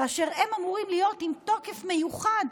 כאשר הם אמורים להיות עם תוקף מיוחד,